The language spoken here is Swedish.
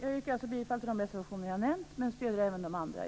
Jag yrkar alltså bifall till de reservationer jag har nämnt men stöder även de andra.